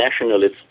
nationalists